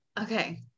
okay